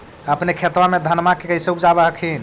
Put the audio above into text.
अपने खेतबा मे धन्मा के कैसे उपजाब हखिन?